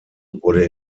wurde